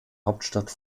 hauptstadt